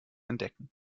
entdecken